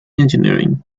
engineering